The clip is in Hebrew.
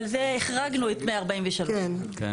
אבל זה החרגנו את 143. כן.